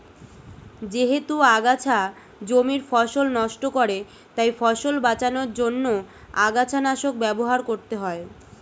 যেহেতু আগাছা জমির ফসল নষ্ট করে তাই ফসল বাঁচানোর জন্য আগাছানাশক ব্যবহার করতে হয়